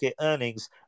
earnings